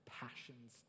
passions